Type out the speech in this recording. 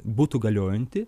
būtų galiojanti